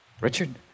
Richard